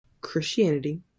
Christianity